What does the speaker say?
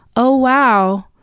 oh, wow!